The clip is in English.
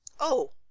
oh,